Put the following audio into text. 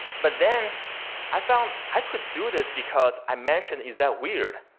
but then i found i could do this because i mentioned, is that weird?